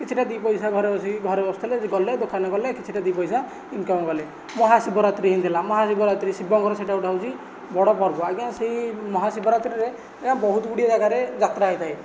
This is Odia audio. କିଛିଟା ଦୁଇ ପଇସା ଘରେ ବସିକି ଘରେ ବସୁଥିଲେ ଗଲେ ଦୋକାନ କଲେ କିଛିଟା ଦୁଇ ପଇସା ଇନ୍କମ୍ କଲେ ମହାଶିବରାତ୍ରି ସେମିତି ହେଲା ମହାଶିବରାତ୍ରି ଶିବଙ୍କର ସେଇଟା ଗୋଟିଏ ହେଉଛି ବଡ଼ ପର୍ବ ଆଜ୍ଞା ସେଇ ମହାଶିବରାତ୍ରୀରେ ଏ ବହୁତ ଗୁଡ଼ିଏ ଜାଗାରେ ଯାତ୍ରା ହୋଇଥାଏ